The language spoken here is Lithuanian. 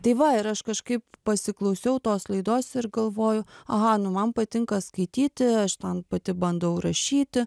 tai va ir aš kažkaip pasiklausiau tos laidos ir galvoju aha nu man patinka skaityti aš ten pati bandau rašyti